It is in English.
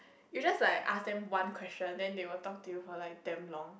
you just like ask them one question then they will talk to you for like damn long